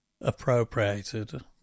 appropriated